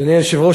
אדוני היושב-ראש,